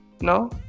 No